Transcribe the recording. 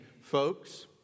folks